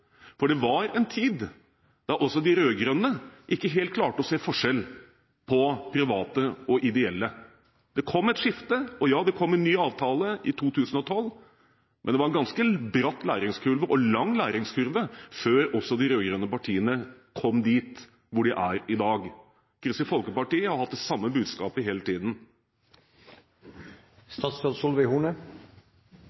for det var en tid da heller ikke de rød-grønne helt klarte å se forskjell på private og ideelle. Det kom et skifte, og ja, det kom en ny avtale i 2012, men det var en ganske bratt og lang læringskurve før også de rød-grønne partiene kom dit hvor de er i dag. Kristelig Folkeparti har hatt det samme budskapet hele tiden.